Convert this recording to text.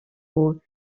aux